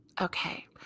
Okay